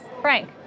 Frank